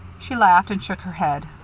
she laughed and shook her head.